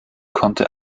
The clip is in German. konnte